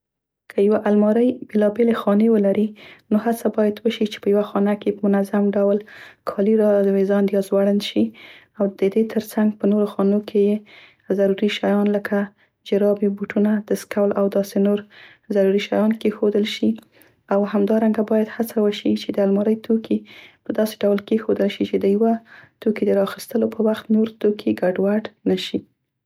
که یوه المارۍ بیلابیلې خانې ولري نو هڅه باید وشي چې په یوه خانه کې یې په منظم ډول کالي رااویزاند یا ځوړند شي او د دې تر څنګ په نورو خانو کې یې ضروري شیان لکه جرابې، بوټونه، دستکول او داسې نور ضروري شیان کیښودل شي. او همدارنګه باید هڅه وشي چې د المارۍ توکې په داسې ډول کیښودل شي، چې د یوه توکي د رااخیستو په وخت نور توکي ګډوډ نشي.